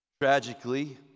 Tragically